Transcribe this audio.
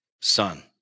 son